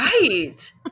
Right